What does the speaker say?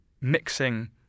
...mixing